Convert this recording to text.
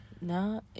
No